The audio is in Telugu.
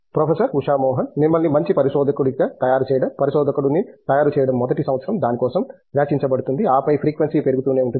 ప్రొఫెసర్ ఉషా మోహన్ మిమ్మల్ని మంచి పరిశోధకుడిగా తయారుచేయడం పరిశోధకుడిని తయారు చేయడం మొదటి సంవత్సరం దాని కోసం వ్యాచ్చించబడుతుంది ఆపై ఫ్రీక్వెన్సీ పెరుగుతూనే ఉంటుంది